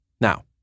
Now